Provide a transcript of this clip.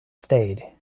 stayed